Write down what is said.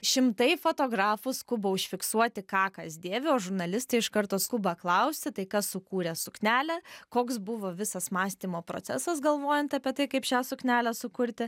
šimtai fotografų skuba užfiksuoti ką kas dėvi o žurnalistai iš karto skuba klausti tai kas sukūrė suknelę koks buvo visas mąstymo procesas galvojant apie tai kaip šią suknelę sukurti